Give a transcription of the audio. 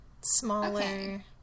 smaller